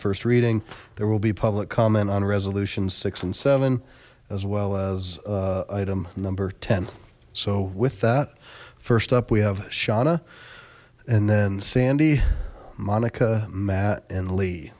first reading there will be public comment on resolution six and seven as well as item number ten so with that first up we have shana and then sandy monica matt and lee